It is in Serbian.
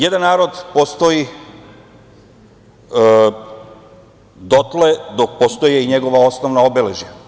Jedan narod postoji dotle dok postoje i njegova osnovna obeležja.